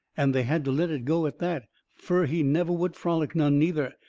and they had to let it go at that, fur he never would frolic none, neither.